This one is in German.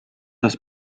das